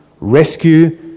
Rescue